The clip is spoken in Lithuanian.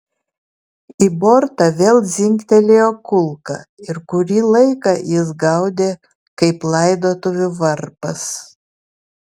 į bortą vėl dzingtelėjo kulka ir kurį laiką jis gaudė kaip laidotuvių varpas